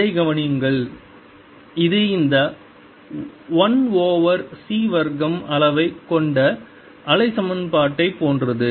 இதைக் கவனியுங்கள் இது இந்த 1 ஓவர் c வர்க்கம் அளவைக் கொண்ட அலை சமன்பாட்டைப் போன்றது